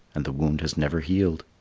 and the wound has never healed.